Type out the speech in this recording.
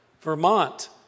Vermont